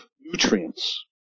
nutrients